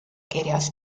kirjas